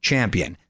Champion